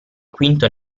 quinto